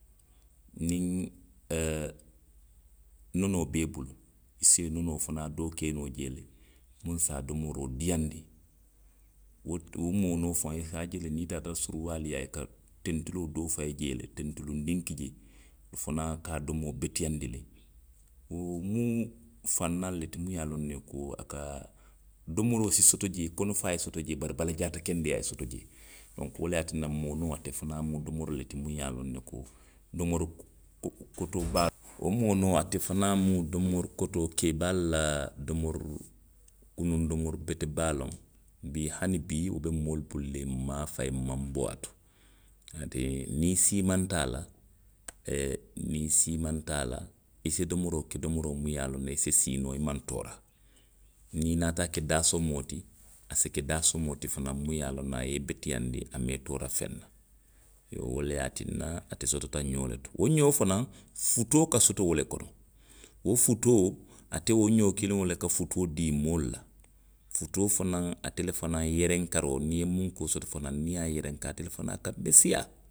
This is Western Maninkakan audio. Niŋ, oo. nonoo be i bulu. i si nonoo doo fanaŋ ke noo jee le. muŋ se a domoroo diiyaandi. Wo to, wo moono fawoi ka a je le niŋ i taata suruwaalu yaa i ka tentuloo doo fayi jee le, tentulundiŋ ki jee. Wo fanaŋ ka a domoo beteyaandi le. Wo mu fannaalu le ti muŋ ye a loŋ ne ko a ka, domoroo sdi soto jee, kono faa ye soto jee, bari balala jaata kendeyaa ye soto jee. Donku, wo le ye a tinna moonoo, ate fanaŋ mu domori le ti muŋ ye a loŋ ne ko domoroo, kuku. kuu kotoo baa. Wo moonoo ate fanaŋ domori kotoo, keebaalu la domori, kunuŋ domori bete baaloŋ. Bii hani bii wo moolu bulu le nmaŋ a fayi, nmaŋ nbo a to. Ate, niŋ i siimanta a la, niŋ i siimanta a la. i si domoroo ke domoroo miŋ ye a loŋ ne i si siinoo i maŋ toora. Niŋ i naata a ke daasoomoo ti. a si ke daasoomoo ti fanaŋ muŋ ye a loŋ ne a ye i beteyaandi, i maŋ i toora feŋ na. Iyoo, wo le ye a tinna ate sotota ňoo le to. Wo xoo fanaŋ, futoo ka soto wo le kono. Wo futoo, ate wo ňoo kiliŋo le ka futoo dii moolu la. Futoo fanaŋ ate le fanaŋ yerenkaroo, niŋ i ye munkoo soto fanaŋ, niŋ i ye a yerenke, ate le fanaŋ ka meseyaa